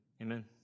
amen